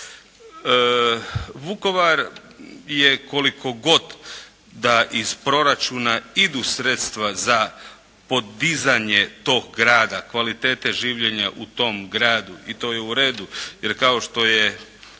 Vukovar je koliko god da iz proračuna idu sredstva za podizanje tog grada, kvalitete življenja u tom gradu i to je u redu, jer kao što je